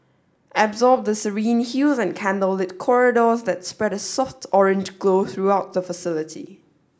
absorb the serene hues and candlelit corridors that spread a soft orange glow throughout the facility